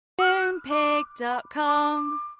Moonpig.com